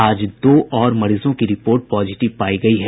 आज दो और मरीजों की रिपोर्ट पॉजिटिव पायी गयी है